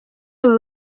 aba